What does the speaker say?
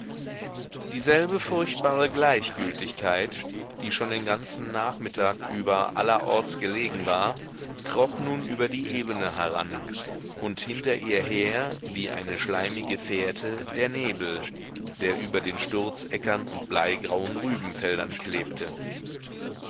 dieselbe furchtbare gleichgültigkeit die schon den ganzen nachmittag über allerorts gelegen war kroch nun über die ebene heran und hinter ihr her wie eine schleimige fährte der nebel der über den sturzäckern und bleigrauen rübenfeldern klebte